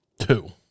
Two